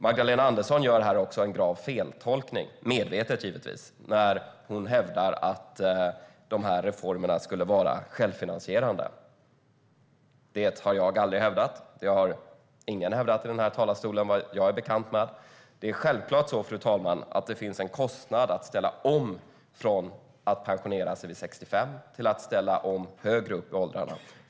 Magdalena Andersson gör här också en grav feltolkning, medvetet givetvis, när hon hävdar att de här reformerna skulle vara självfinansierande. Det har jag aldrig hävdat. Det har ingen hävdat i den här talarstolen, vad jag är bekant med. Det är självklart så, fru talman, att det finns en kostnad i att ställa om från att pensionera sig vid 65 till att pensionera sig högre upp i åldrarna.